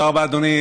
תודה רבה, אדוני.